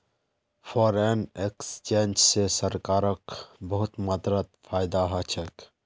foreign exchange स सरकारक बहुत मात्रात फायदा ह छेक